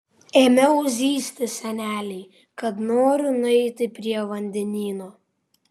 ėmiau zyzti senelei kad noriu nueiti prie vandenyno